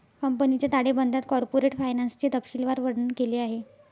कंपनीच्या ताळेबंदात कॉर्पोरेट फायनान्सचे तपशीलवार वर्णन केले आहे